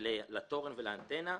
לתורן ולאנטנה.